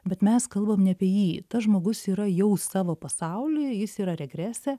bet mes kalbam ne apie jį tas žmogus yra jau savo pasauly jis yra regrese